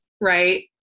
right